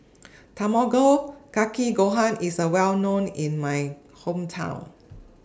Tamago Kake Gohan IS Well known in My Hometown